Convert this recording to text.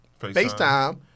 FaceTime